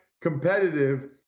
competitive